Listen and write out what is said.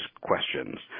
questions